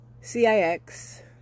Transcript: CIX